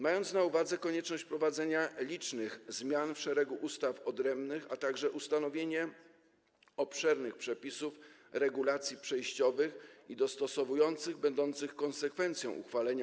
Mając na uwadze konieczność wprowadzenia licznych zmian w szeregu ustaw odrębnych, a także ustanowienie obszernych przepisów - regulacji - przejściowych i dostosowujących będących konsekwencją uchwalenia